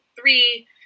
three